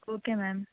okay ma'am